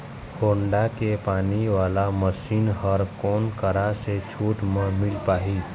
Honda के पानी वाला मशीन हर कोन करा से छूट म मिल पाही?